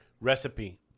Recipe